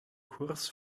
kurs